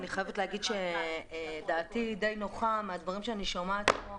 אני חייבת לומר שדעתי די נוחה מהדברים שאני שומעת כאן.